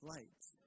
Lights